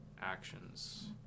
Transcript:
actions